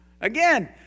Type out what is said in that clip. Again